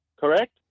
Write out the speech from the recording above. Correct